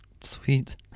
Sweet